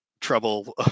trouble